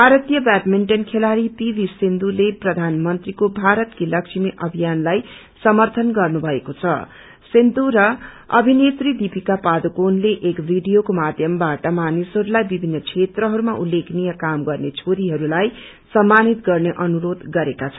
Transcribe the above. भारतीय बैंडमिन्टन खेलाड़ी पीभी सिन्धुले प्रधानमंत्रीको भारतकी लक्ष्मी अभ्वियानलाई समर्थन गर्नुभएको छं सिन्यु र अभिनेत्री दीपिका पाडुकोणले एक भिडियोको माध्यमबाट मानिसहरूलाई विभिन्न क्षेत्रहरूमा उल्लेखनीय काम गत्रे छोरीहरूलाई सम्मानित गन्ने अनुरोध गरेका छन्